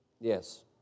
Yes